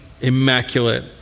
immaculate